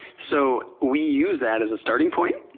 so we use that as a starting point,